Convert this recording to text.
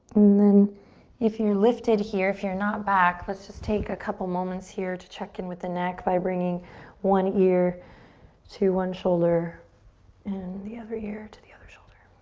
then if you're lifted here, if you're not back, let's take a couple moments here to check in with the neck by bringing one ear to one shoulder and the other ear to the other shoulder.